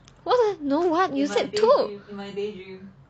what's that no what you said two